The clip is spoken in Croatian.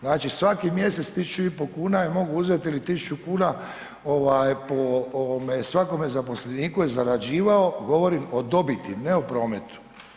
Znači svaki mjesec tisuću i pol kuna je mogao uzeti ili 1000 kuna po svakome zaposleniku je zarađivao, govorim o dobiti, ne o prometu.